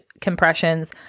compressions